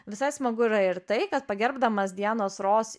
visai smagu yra ir tai kad pagerbdamas dianos ros